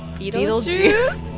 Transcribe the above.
beetlejuice.